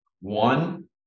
One